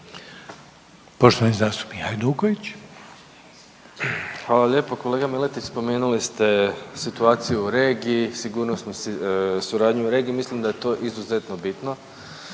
Domagoj (Nezavisni)** Hvala lijepo. Kolega Miletić, spomenuli ste situaciju u regiji, sigurnosnu suradnju u regiji, mislim da je to izuzetno bitno,